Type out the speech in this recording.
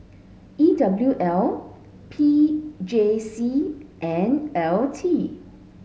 E W L P J C and L T